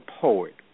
poet